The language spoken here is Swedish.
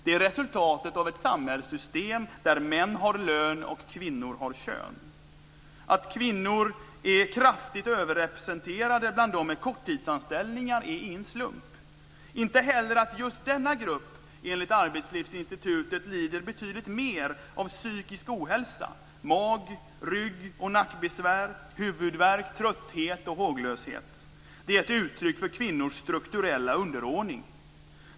Det är resultatet av ett samhällssystem där män har lön och kvinnor har kön. Att kvinnor är kraftigt överrepresenterade bland dem med korttidsanställningar är ingen slump. Inte heller att just denna grupp enligt Arbetslivsinstitutet lider betydligt mer av psykisk ohälsa, mag-, rygg och nackbesvär, huvudvärk, trötthet och håglöshet. Det är ett uttryck för kvinnors strukturella underordning.